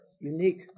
Unique